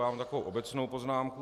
Já mám takovou obecnou poznámku.